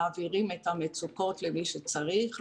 ואנחנו גם מעבירים את המידע על המצוקות למי שצריך.